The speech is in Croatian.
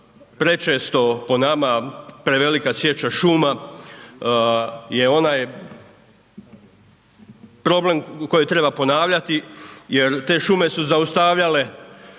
prečesto po nama prevelika sječa šuma je onaj problem koji treba ponavljati jer te šume su zaustavljale